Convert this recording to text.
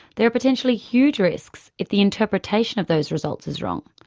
there are potentially huge risks if the interpretation of those results is wrong.